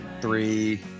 three